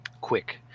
quick